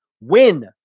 win